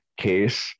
case